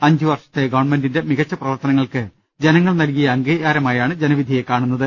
അഞ്ചുവർഷത്തെ ഗവൺമെന്റി ന്റെ മികച്ച പ്രവർത്തനങ്ങൾക്ക് ജനങ്ങൾ നൽകിയ അംഗീകാരമായാണ് ജനവിധിയെ കാണു ന്നത്